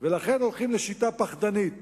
ולכן הולכים לשיטה פחדנית